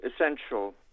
essential